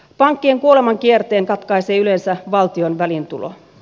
pankkien kuolemankierteen katkaisee yleensä valtion väliintulo